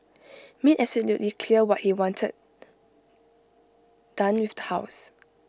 made absolutely clear what he wanted done with house